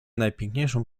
najpiękniejszą